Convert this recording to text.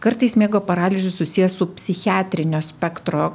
kartais miego paralyžius susijęs su psichiatrinio spektro